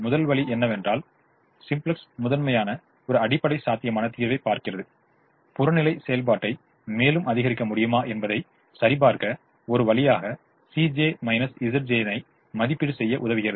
முதல் வழி என்னவென்றால் சிம்ப்ளக்ஸ் முதன்மையான ஒரு அடிப்படை சாத்தியமான தீர்வைப் பார்க்கிறது புறநிலை செயல்பாட்டை மேலும் அதிகரிக்க முடியுமா என்பதை சரிபார்க்க ஒரு வழியாக னை மதிப்பீடு செய்ய உதவுகிறது